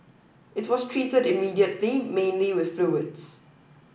it was treated immediately mainly with fluids